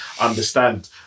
understand